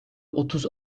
otuz